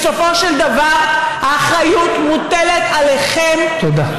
בסופו של דבר האחריות מוטלת עליכם, תודה.